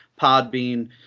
Podbean